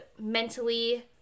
mentally